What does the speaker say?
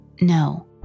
no